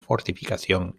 fortificación